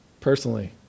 personally